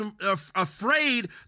afraid